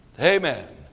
Amen